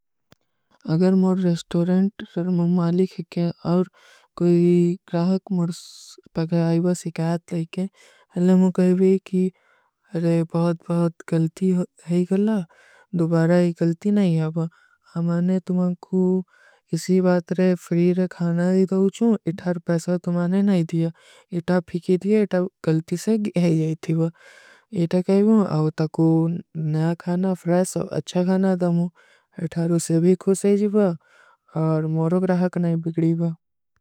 ଅଗର ମୋର ରେସ୍ଟୋରେଂଟ ମୁଝେ ମାଲିଖ ହୈ, ଔର କୋଈ ଗ୍ରାହକ ମୁଝେ ପକର ଆଈବା ସିକ୍ଯାତ ଲାଈକେ, ହଲେ ମୁଝେ କହୀ ବହୁତ-ବହୁତ ଗଲ୍ତୀ ହୈ, ଦୁବାରା ଗଲ୍ତୀ ନହୀଂ ହୈ। ହମାନେ ତୁମକୋ ଇସୀ ବାତ ରେ ଫ୍ରୀର ଖାନା ଦିଗାଊଚୂ, ଇଥାର ପୈସା ତୁମାନେ ନହୀଂ ଦିଯା, ଇଥା ଫିକୀ ଦିଯା, ଇଥା ଗଲ୍ତୀ ସେ ଗିଯା ଜାଈତୀ ବା। ଇଥା କହୀ ବହୁତ, ଅଵତକୋ ନଯା ଖାନା, ଫ୍ରେସ ଔର ଅଚ୍ଛା ଖାନା ଦମୋ, ଇଥାର ଉସେ ଭୀ ଖୁସେଜୀ ବା, ଔର ମୋରୋ ଗ୍ରହାକ ନହୀଂ ବିଗ୍ଡୀ ବା।